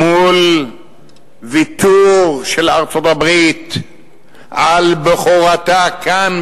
מול ויתור של ארצות-הברית על בכורתה כאן,